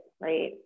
right